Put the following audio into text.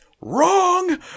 wrong